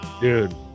dude